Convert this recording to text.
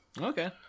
Okay